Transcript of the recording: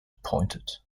appointed